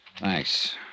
Thanks